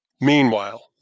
Meanwhile